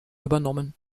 übernommen